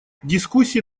дискуссии